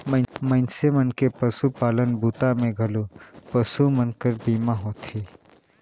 मइनसे मन के पसुपालन बूता मे घलो पसु मन कर बीमा होथे